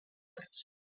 pits